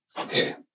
Okay